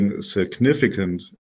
significant